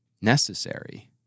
necessary